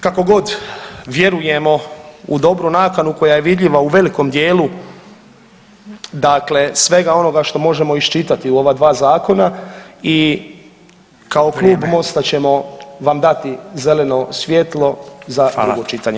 Kako god vjerujemo u dobru nakanu koja je vidljiva u velikom dijelu dakle svega onoga što možemo iščitati u ova dva zakona i kao Klub Mosta ćemo vam dati zeleno svjetlo za drugo čitanje.